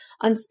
on